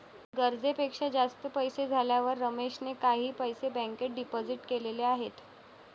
गरजेपेक्षा जास्त पैसे झाल्यावर रमेशने काही पैसे बँकेत डिपोजित केलेले आहेत